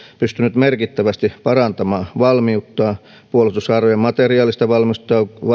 pystynyt merkittävästi parantamaan valmiuttaan puolustushaarojen materiaalista valmiutta